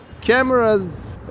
Cameras